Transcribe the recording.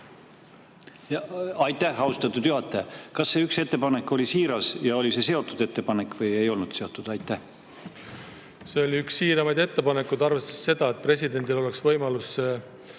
Aitäh, austatud juhataja! Kas see üks ettepanek oli siiras ja oli see seotud ettepanek või ei olnud seotud? See oli üks siiramaid ettepanekuid [ja seda tehes] arvestati, et presidendil oleks võimalus